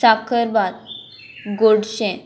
साकरभात गोडशें